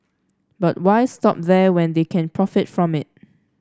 but why stop there when they can profit from it